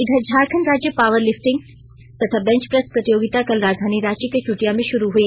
इधर झारखंड राज्य पावरलिफिंटिंग तथा बैंच प्रेस प्रतियोगिता कल राजधानी रांची के चुटिया में शुरू हुई